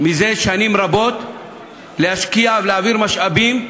זה שנים רבות להשקיע ולהעביר משאבים,